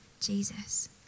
Jesus